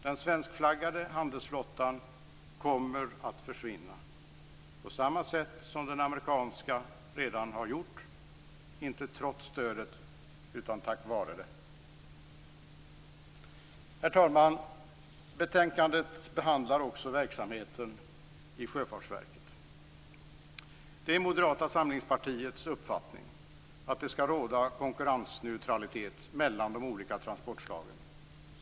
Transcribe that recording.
Den svenskflaggade handelsflottan kommer att försvinna, på samma sätt som den amerikanska redan har gjort, inte trots stödet utan tack vare det. Herr talman! Betänkandet behandlar också verksamheten i Sjöfartsverket. Det är Moderata samlingspartiets uppfattning att det skall råda konkurrensneutralitet mellan de olika transportslagen.